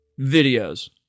videos